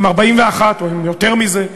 עם 41 או עם יותר מזה.